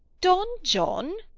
don john!